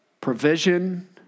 provision